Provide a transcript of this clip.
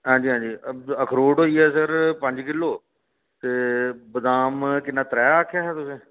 हां जी हां जी अखरोट होई गेआ सर पंज किलो ते बदाम किन्ना त्रै आखेआ हा तुसें